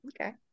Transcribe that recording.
Okay